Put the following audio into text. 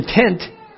intent